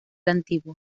antiguo